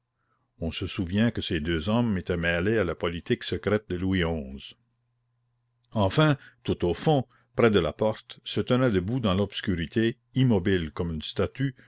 on se souvient que ces deux hommes étaient mêlés à la politique secrète de louis xi enfin tout au fond près de la porte se tenait debout dans l'obscurité immobile comme une statue